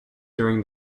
during